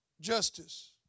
justice